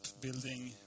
building